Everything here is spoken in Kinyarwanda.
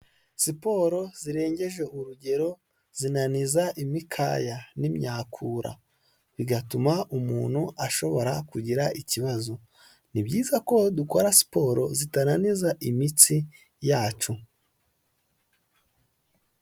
Siporo zirengeje urugero zinaniza imikaya n'imyakura bigatuma umuntu ashobora kugira ikibazo ni byiza ko dukora siporo zitananiza imitsi yacu.